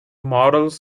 models